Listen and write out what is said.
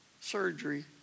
surgery